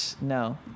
No